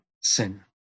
sin